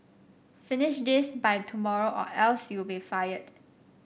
finish this by tomorrow or else you'll be fired